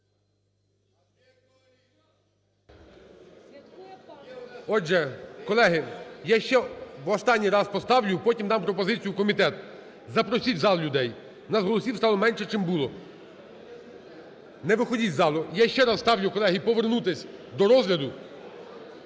Отже, колеги, я ще в останній раз поставлю, потім дам пропозицію: в комітет. Запросіть в зал людей, в нас голосів сало менше, чим було. Не виходіть із залу, я ще раз ставлю, колеги, повернутися до розгляду